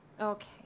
Okay